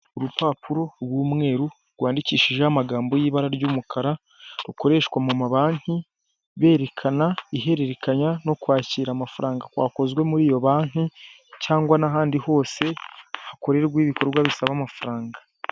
Urupapuro rw'umweru, rwandikishijeho amagambo y'ibara ry'umukara, rukoreshwa mu ma banki berekana ihererekanya no kwakira amafaranga kwakozwe muri iyo banki, cyangwa n'ahandi hose hakorerwaho ibikorwa bisaba amafaranga.